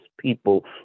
people